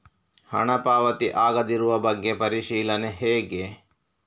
ಹಣ ಪಾವತಿ ಆಗಿರುವ ಬಗ್ಗೆ ಪರಿಶೀಲನೆ ಹೇಗೆ?